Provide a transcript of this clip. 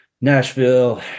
Nashville